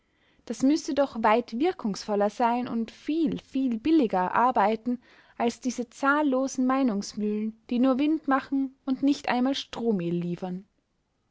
das müßte doch weit wirkungsvoller sein und viel viel billiger arbeiten als diese zahllosen meinungsmühlen die nur wind machen und nicht einmal strohmehl liefern